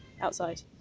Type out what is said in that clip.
outside